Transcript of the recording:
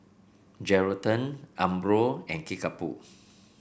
Geraldton Umbro and Kickapoo